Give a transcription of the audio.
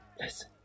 listen